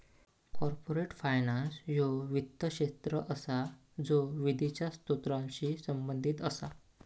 corporate finance ह्यो वित्त क्षेत्र असा ज्यो निधीच्या स्त्रोतांशी संबंधित असा